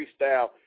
freestyle